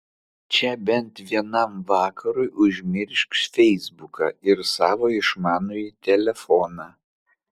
čia bent vienam vakarui užmiršk feisbuką ir savo išmanųjį telefoną